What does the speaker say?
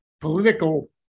political